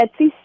Etsy